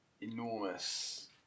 enormous